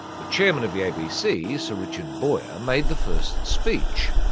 the chairman of the abc, sir richard boyer, made the first speech.